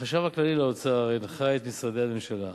החשב הכללי לאוצר הנחה את משרדי הממשלה,